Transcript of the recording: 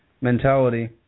mentality